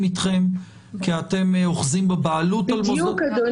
אתכם כי אתם אוחזים בבעלות על מוסדות החינוך.